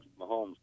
Mahomes